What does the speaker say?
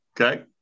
Okay